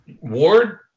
Ward